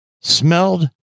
smelled